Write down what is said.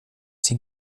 sie